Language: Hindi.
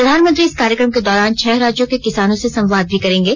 प्रधानमंत्री इस कार्यक्रम के दौरान छह राज्यों के किसानों से संवाद भी करेंगे